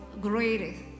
greatest